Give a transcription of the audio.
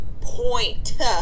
point